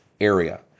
area